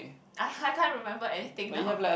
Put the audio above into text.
I I can't remember anything now